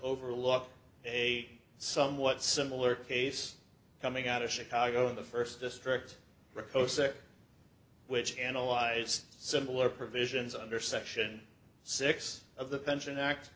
overlook a somewhat similar case coming out of chicago in the first district posek which analyzed similar provisions under section six of the pension act